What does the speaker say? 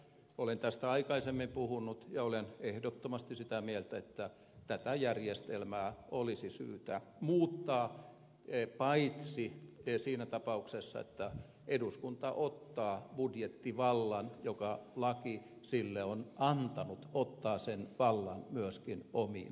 olen tästä aikaisemmin puhunut ja olen ehdottomasti sitä mieltä että tätä järjestelmää olisi syytä muuttaa paitsi siinä tapauksessa että eduskunta ottaa budjettivallan jonka laki sille on antanut myöskin omiin käsiinsä